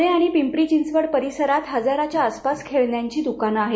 पुणे आणि पिंपरी चिंचवड परिसरात हजाराच्या आसपास खेळण्यांची दुकानं आहेत